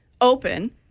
open